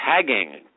tagging